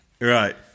Right